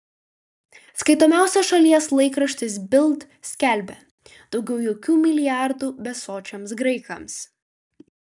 skaitomiausias šalies laikraštis bild skelbia daugiau jokių milijardų besočiams graikams